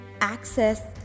access